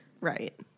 Right